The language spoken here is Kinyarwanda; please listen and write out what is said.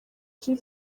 the